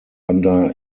under